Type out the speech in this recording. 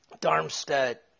Darmstadt